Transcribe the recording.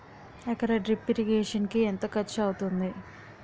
ఎకర drip irrigation కి ఎంత ఖర్చు అవుతుంది?